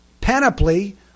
panoply